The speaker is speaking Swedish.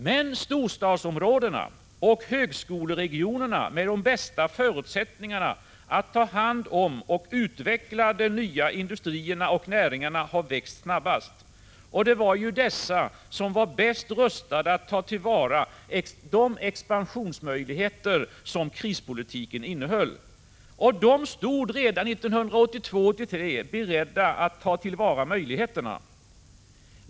Men storstadsområdena och högskoleregionerna, med de bästa förutsättningarna att ta hand om och utveckla de nya industrierna och näringarna, har växt snabbast. Det var ju dessa som var bäst rustade att ta till vara de expansionsmöjligheter som krispolitiken innehöll. De stod redan 1982-1983 beredda att ta till vara möjligheterna.